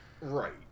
Right